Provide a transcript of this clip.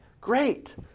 great